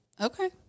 Okay